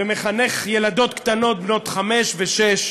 ומחנך ילדות קטנות בנות חמש ושש